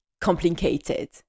complicated